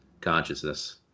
consciousness